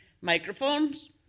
microphones